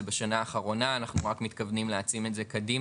זה בשנה האחרונה נכנס ואנחנו רק מתכוונים להעצים את זה קדימה.